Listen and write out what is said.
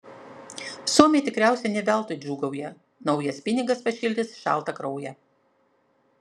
suomiai tikriausiai ne veltui džiūgauja naujas pinigas pašildys šaltą kraują